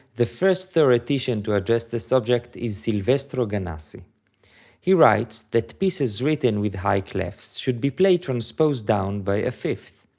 the first theoretician to address the subject is sylvestro ganassi he writes that pieces written with high clefs should be played transposed down by a fifth.